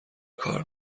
کار